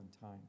time